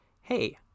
Hey